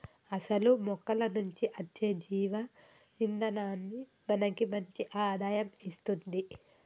అసలు మొక్కల నుంచి అచ్చే జీవ ఇందనాన్ని మనకి మంచి ఆదాయం ఇస్తుంది